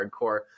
hardcore